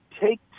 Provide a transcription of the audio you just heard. Take